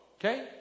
okay